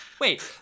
Wait